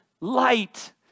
light